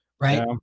right